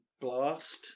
blast